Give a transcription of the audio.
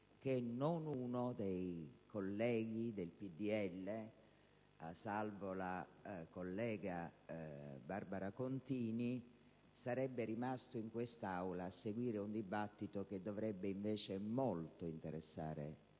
che non uno dei colleghi del PdL - salvo la senatrice Barbara Contini - sarebbe rimasto in quest'Aula a seguire un dibattito che dovrebbe invece interessare,